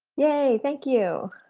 yay, thank you!